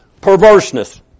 Perverseness